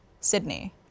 Sydney